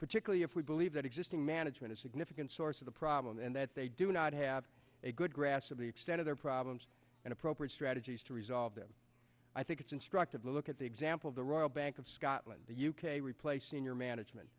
particularly if we believe that existing management is significant source of the problem and that they do not have a good grasp of the extent of their problems and appropriate strategies to resolve them i think it's instructive to look at the example of the royal bank of scotland the u k replace senior management